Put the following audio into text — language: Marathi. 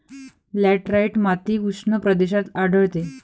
लॅटराइट माती उष्ण प्रदेशात आढळते